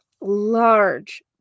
large